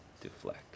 Deflect